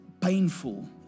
painful